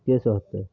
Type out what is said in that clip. केसब होतै